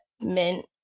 Mint